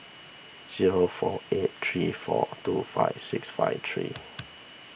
zero four eight three four two five six five three